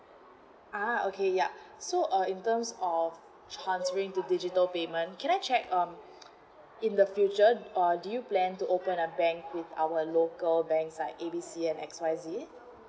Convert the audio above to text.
ah okay ya so uh in terms of transferring to digital payment can I check um in the future uh do you plan to open a bank with our local banks like A B C and X Y Z